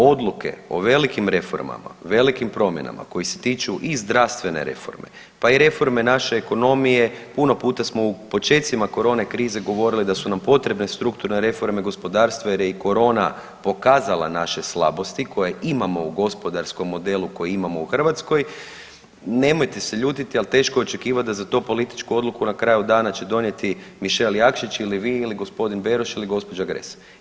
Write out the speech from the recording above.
Odluke o velikim reformama, velikim promjenama koje se tiču i zdravstvene reforme pa i reforme naše ekonomije puno puta smo u počecima korona krize govorili da su nam potrebne strukturne reforme gospodarstva jer je i korona pokazala naše slabosti koje imamo u gospodarskom modelu koji imamo u Hrvatskoj, nemojte se ljutiti ali teško je očekivati za tu političku odluku na kraju dana će donijeti Mišel Jakšić ili vi ili g. Beroš ili gospođa Gras.